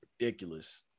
ridiculous